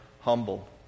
humble